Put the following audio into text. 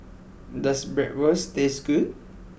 does Bratwurst taste good